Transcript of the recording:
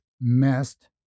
messed